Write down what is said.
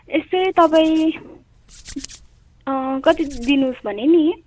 यसै तपाईँ कति दिनुहोस् भने नि